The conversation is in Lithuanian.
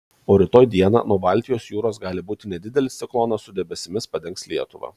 o rytoj dieną nuo baltijos jūros gali būti nedidelis ciklonas su debesimis padengs lietuvą